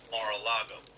Mar-a-Lago